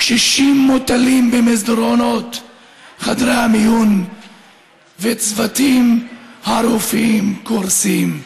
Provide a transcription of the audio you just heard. קשישים מוטלים במסדרונות חדרי המיון וצוותי הרופאים קורסים.